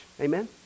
amen